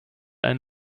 ein